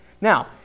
Now